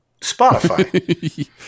Spotify